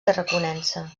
tarraconense